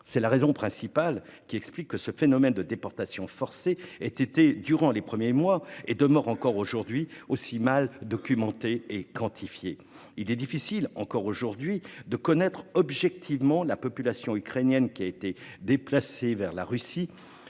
explique principalement que ce phénomène de déportations forcées ait été durant les premiers mois et demeure encore aujourd'hui aussi mal documenté et quantifié. Il est toujours très difficile de connaître objectivement la population ukrainienne qui a été déplacée vers la Russie